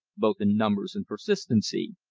both in numbers and persistency.